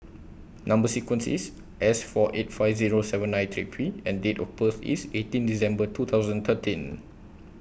Number sequence IS S four eight five Zero seven nine three P and Date of birth IS eighteen December two thousand thirteen